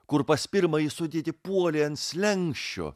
kur pas pirmąjį sodietį puolė ant slenksčio